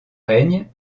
règne